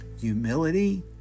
Humility